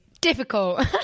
Difficult